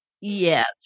Yes